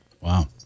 Wow